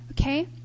okay